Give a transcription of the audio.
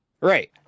right